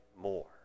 more